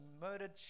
murdered